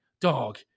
dog